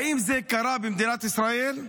האם זה קרה במדינת ישראל?